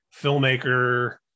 filmmaker